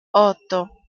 otto